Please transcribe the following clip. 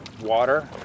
water